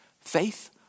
faith